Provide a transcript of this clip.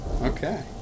Okay